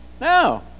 No